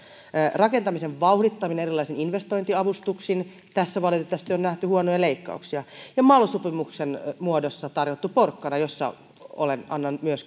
rakentamisen vauhdittaminen erilaisin investointiavustuksin tässä valitettavasti on nähty huonoja leikkauksia ja mal sopimuksen muodossa tarjottu porkkana josta annan myös